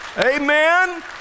Amen